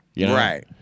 Right